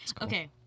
Okay